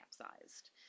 capsized